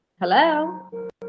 Hello